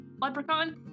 leprechaun